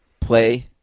play